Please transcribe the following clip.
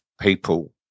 people